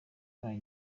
bayo